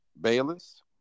Bayless